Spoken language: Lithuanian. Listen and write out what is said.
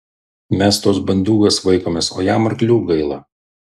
mes tuos bandiūgas vaikomės o jam arklių gaila